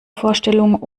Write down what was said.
vorstellung